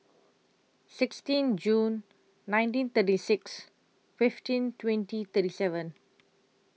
sixteen June nineteen thirty six fifteen twenty thirty seven